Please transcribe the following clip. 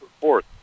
fourth